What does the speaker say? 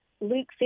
Luke